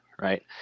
right